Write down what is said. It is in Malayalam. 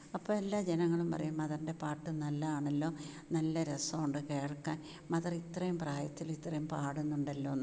അപ്പോൾ എല്ലാജനങ്ങളും പറയും മദറിൻ്റെ പാട്ട് നല്ലതാണല്ലോ നല്ല രസമുണ്ട് കേൾക്കാൻ മദറിത്രയും പ്രായത്തില് ഇത്രയും പാടുന്നുണ്ടല്ലോന്ന്